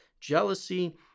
jealousy